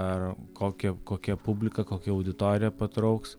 ar kokią kokią publiką kokią auditoriją patrauks